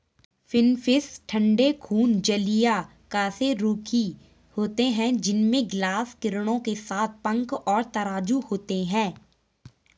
finfish ठंडे खून जलीय कशेरुकी होते हैं जिनमें गिल्स किरणों के साथ पंख और तराजू होते हैं